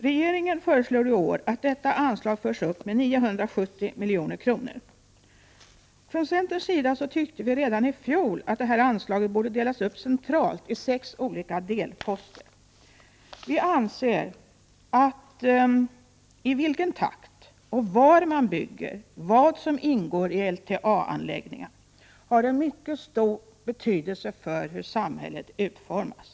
Regeringen föreslår i år att detta anslag förs upp med 970 milj.kr. Från centerns sida tyckte vi redan i fjol att anslaget borde delas upp centralt i sex olika delposter. Vi anser att i vilken takt man bygger, var man bygger och vad som ingår i LTA-anläggningar har mycket stor betydelse för hur samhället utformas.